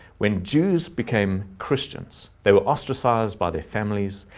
when jews became christians, they were ostracized by their families,